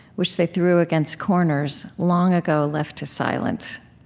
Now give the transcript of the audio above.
which they threw against corners long ago left to silence.